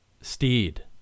Steed